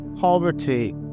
poverty